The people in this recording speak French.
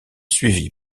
suivie